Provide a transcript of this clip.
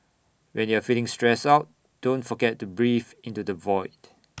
when you are feeling stressed out don't forget to breathe into the void